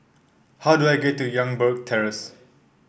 how do I get to Youngberg Terrace